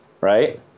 right